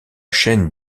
chaîne